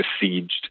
besieged